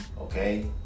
Okay